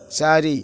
ଚାରି